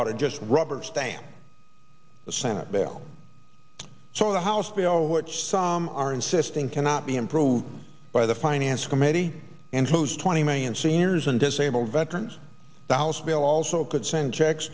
ought to just rubber stamp the senate bill so the house bill which some are insisting cannot be improved by the finance committee and whose twenty million seniors and disabled veterans the house bill also could send checks